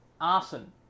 arson